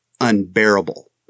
unbearable